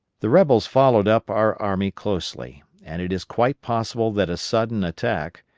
the rebels followed up our army closely, and it is quite possible that a sudden attack,